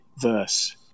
verse